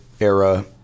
era